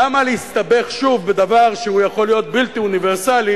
למה להסתבך שוב בדבר שיכול להיות בלתי אוניברסלי